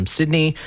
Sydney